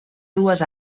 dues